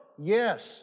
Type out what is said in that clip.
Yes